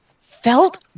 felt